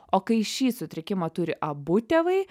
o kai šį sutrikimą turi abu tėvai